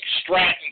Stratton